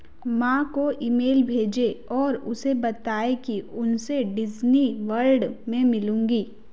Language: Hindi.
माँ को ई मेल भेजें और उसे बताएँ कि उनसे डिज्नी वर्ल्ड में मिलूँगी